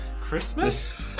Christmas